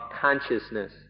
consciousness